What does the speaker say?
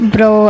Bro